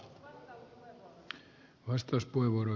arvoisa puhemies